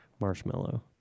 Marshmallow